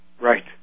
Right